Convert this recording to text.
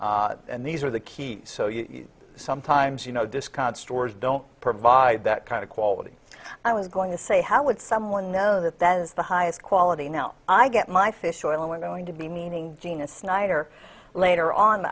sunlight and these are the keys so you sometimes you know discount stores don't provide that kind of quality i was going to say how would someone know that that is the highest quality now i get my fish oil i'm going to be meaning gina snyder later on